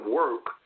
work